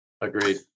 agreed